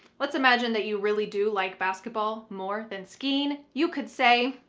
let's imagine that you really do like basketball more than skiing. you could say,